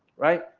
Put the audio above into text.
right?